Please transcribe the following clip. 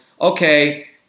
Okay